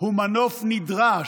הוא מנוף נדרש,